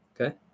Okay